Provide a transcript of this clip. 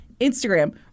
Instagram